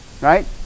Right